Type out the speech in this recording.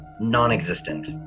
non-existent